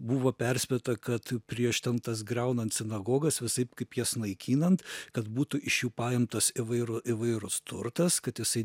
buvo perspėta kad prieš ten tas griaunant sinagogas visaip kaip jas naikinant kad būtų iš jų paimtas įvairu įvairus turtas kad jisai